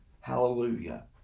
hallelujah